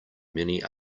many